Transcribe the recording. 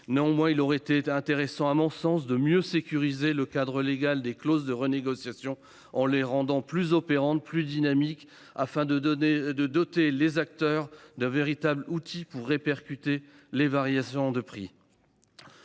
toutefois qu’il aurait été intéressant de mieux sécuriser le cadre légal des clauses de renégociation et de les rendre plus opérantes et plus dynamiques afin de doter les acteurs d’un véritable outil pour répercuter les variations de prix.